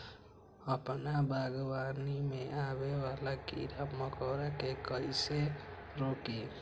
अपना बागवानी में आबे वाला किरा मकोरा के कईसे रोकी?